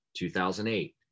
2008